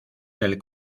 del